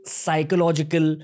psychological